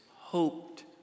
hoped